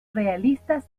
realistas